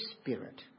Spirit